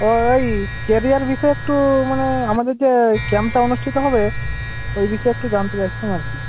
ও ওই কেরিয়ার বিষয়ে একটু মানে আমাদের যে ক্যাম্পটা অনুষ্ঠিত হবে ওই বিষয়ে একটু জানতে চাইছিলাম আর কি